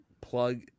plug